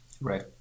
Right